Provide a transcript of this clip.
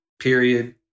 period